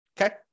Okay